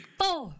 four